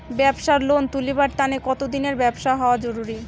ব্যাবসার লোন তুলিবার তানে কতদিনের ব্যবসা হওয়া জরুরি?